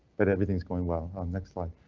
but everything is going well on next slide.